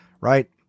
Right